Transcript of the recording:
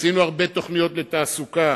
עשינו הרבה תוכניות לתעסוקה,